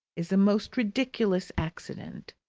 is a most ridiculous accident.